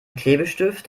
klebestift